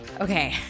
Okay